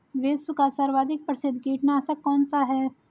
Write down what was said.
विश्व का सर्वाधिक प्रसिद्ध कीटनाशक कौन सा है?